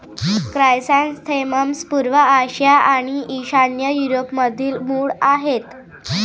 chrysanthemums पूर्व आशिया आणि ईशान्य युरोपमधील मूळ आहेत